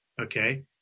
okay